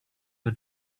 you